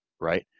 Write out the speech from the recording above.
Right